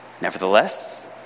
Nevertheless